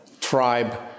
tribe